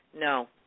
No